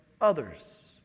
others